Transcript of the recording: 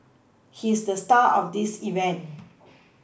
he's the star of this event